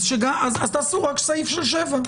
אז תעשו רק סעיף של שבע.